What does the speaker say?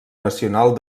nacional